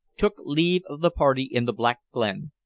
took leave of the party in the black glen,